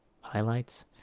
Highlights